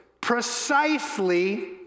Precisely